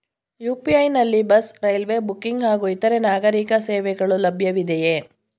UPI ನಲ್ಲಿ bus, railway booking ಹಾಗೂ ಇತರೆ ನಾಗರೀಕ ಸೇವೆಗಳು ಲಭ್ಯವಿದೆಯೇ?